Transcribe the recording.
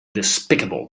despicable